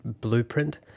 blueprint